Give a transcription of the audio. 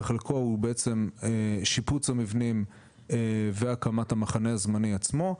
וחלקו הוא שיפוץ המבנים והקמת המחנה הזמני עצמו.